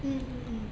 mm mm mm